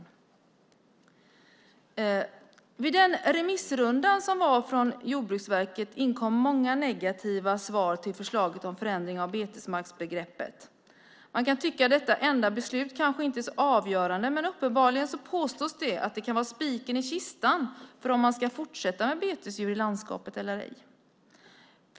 I samband med den remissrunda som genomfördes av Jordbruksverket inkom många negativa svar på förslaget om förändring av betesmarksbegreppet. Men kan tycka att detta enda beslut kanske inte är så avgörande, men uppenbarligen påstås det att det kan vara spiken i kistan för om man ska fortsätta med betesdjur i landskapet eller ej.